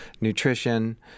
nutrition